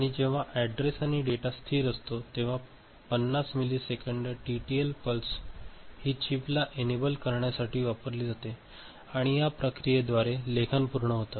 आणि जेव्हा अॅड्रेस आणि डेटा स्थिर असतो तेव्हा 50 मिलिसेकंद टीटीएल पल्स हि चिपला एनेबल करण्यासाठी वापरली जाते आणि या प्रक्रियेद्वारे लेखन पूर्ण होते